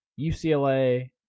UCLA